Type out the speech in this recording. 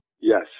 Yes